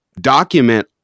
document